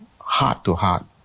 heart-to-heart